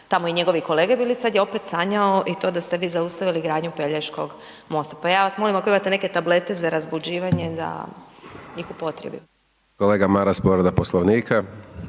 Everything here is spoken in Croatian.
tamo i njegovi kolege bili, sada je opet sanjao i to da ste vi zaustavili gradnju Pelješkog mosta. Pa ja vas molim, ako imate neke tablete za razbuđivanje da ih upotrijebite. **Hajdaš Dončić,